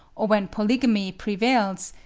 or when polygamy prevails,